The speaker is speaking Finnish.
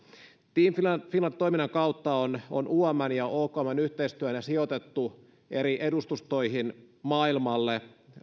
team finland finland toiminnan kautta on on umn ja okmn yhteistyönä sijoitettu eri edustustoihin maailmalle